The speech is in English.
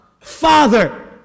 Father